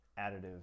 additive